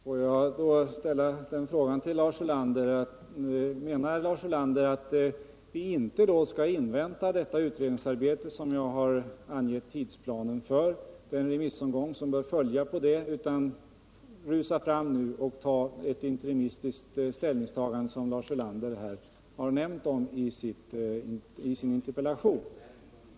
Herr talman! Får jag då fråga Lars Ulander: Menar Lars Ulander att vi inte skall invänta det utredningsarbete som jag angivit tidsplanen för och den remissomgång som bör följa på det utan nu rusa fram och besluta oss för ett sådant interimistiskt ställningstagande som Lars Ulander nämnt i sin interpellation?